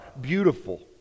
beautiful